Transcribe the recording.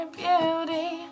beauty